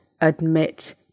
admit